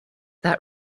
that